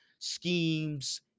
schemes